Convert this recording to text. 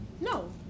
no